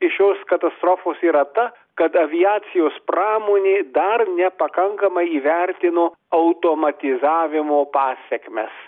iš šios katastrofos yra ta kad aviacijos pramonė dar nepakankamai įvertino automatizavimo pasekmes